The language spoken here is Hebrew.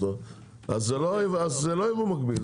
זה לא יבוא מקביל,